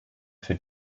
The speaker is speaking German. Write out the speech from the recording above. für